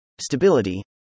Stability